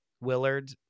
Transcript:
Willard